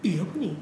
eh apa ini